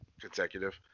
Consecutive